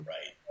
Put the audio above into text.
Right